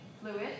fluid